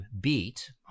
beat